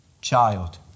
child